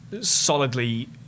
solidly